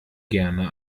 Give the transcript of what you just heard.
gerne